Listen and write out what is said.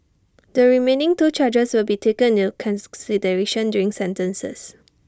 the remaining two charges will be taken into consideration during sentencing